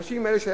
אנשים אלה,